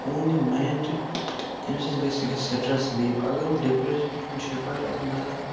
یِہُنٛد یہِ ماینٛڈ چھِ اَمہِ سۭتۍ گژھِ یہِ گژھِ سٹرٛس رِلیٖو اگر یِم ڈِپرٛیشن کُن شِکار آسَن گژھان